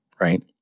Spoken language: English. right